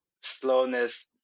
slowness